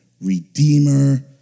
Redeemer